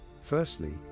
firstly